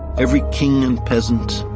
every king and peasant.